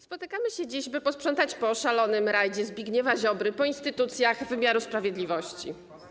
Spotykamy się dziś po to, by posprzątać po szalonym rajdzie Zbigniewa Ziobry po instytucjach wymiaru sprawiedliwości.